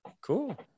Cool